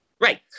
Right